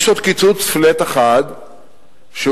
יש עוד קיצוץ flat אחד שהובא,